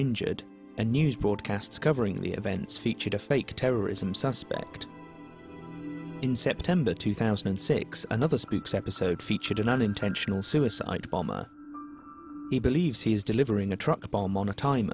injured and news broadcasts covering the events featured a fake terrorism suspect in september two thousand and six another speaks episode featured an unintentional suicide bomber he believes he's delivering a truck bomb on a time